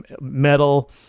metal